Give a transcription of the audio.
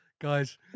guys